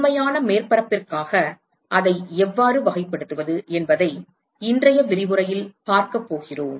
உண்மையான மேற்பரப்பிற்காக அதை எவ்வாறு வகைப்படுத்துவது என்பதை இன்றைய விரிவுரையில் பார்க்கப் போகிறோம்